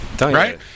Right